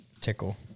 Tickle